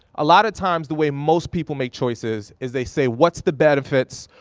a lot of times the way most people make choices is they say, what's the benefits?